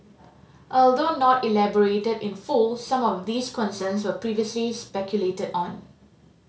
although not elaborated in full some of these concerns were previously speculated on